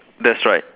that's right